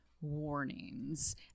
warnings